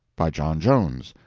by john jones,